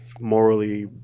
Morally